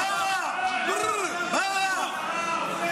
ברא, ברא, ברא, ברא.